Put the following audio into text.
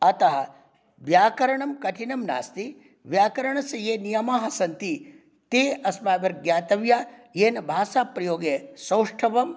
अतः व्याकरणं कठिनं नास्ति व्याकरणस्य ये नियमाः सन्ति ते अस्माभिर्ज्ञातव्याः येन भाषाप्रयोगे सौष्ठवम्